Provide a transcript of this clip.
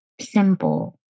simple